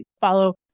follow